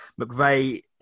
McVeigh